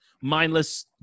mindless